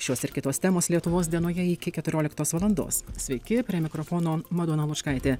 šios ir kitos temos lietuvos dienoje iki keturioliktos valandos sveiki prie mikrofono madona lučkaitė